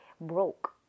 broke